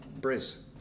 Briz